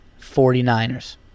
49ers